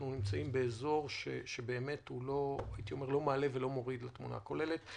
אנחנו נמצאים באזור שלא מעלה ולא מוריד מהתמונה הכוללת.